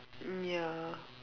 mm ya